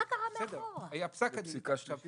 מה היה עד אז?